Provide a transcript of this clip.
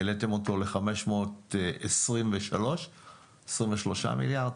העליתם אותו ל-523 מיליארד,